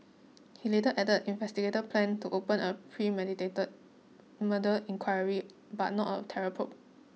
he later added investigators planned to open a premeditated murder inquiry but not a terror probe